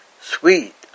Sweet